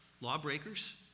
lawbreakers